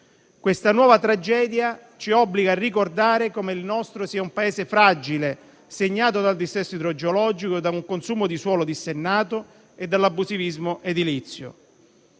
Questa nuova tragedia ci obbliga a ricordare come il nostro sia un Paese fragile, segnato dal dissesto idrogeologico, da un consumo di suolo dissennato e dall'abusivismo edilizio.